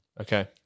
Okay